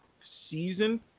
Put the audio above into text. season